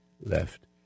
left